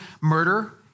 murder